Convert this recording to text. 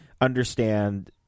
understand